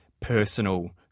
personal